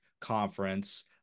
conference